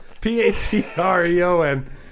P-A-T-R-E-O-N